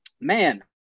Man